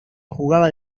jugaba